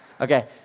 Okay